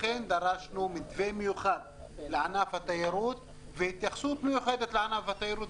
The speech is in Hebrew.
לכן דרשנו מתווה מיוחד לענף התיירות והתייחסות מיוחדת אליו.